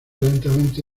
lentamente